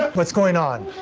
what's going on?